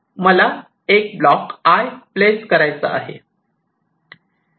मला 1 block 'I' place करायचा आहे